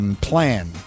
plan